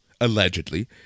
allegedly